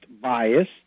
bias